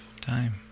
time